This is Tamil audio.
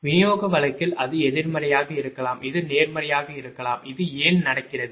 விநியோக வழக்கில் அது எதிர்மறையாக இருக்கலாம் இது நேர்மறையாக இருக்கலாம் இது ஏன் நடக்கிறது